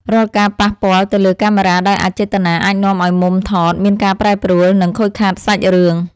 រាល់ការប៉ះពាល់ទៅលើកាមេរ៉ាដោយអចេតនាអាចនាំឱ្យមុំថតមានការប្រែប្រួល និង ខូចខាតសាច់រឿង។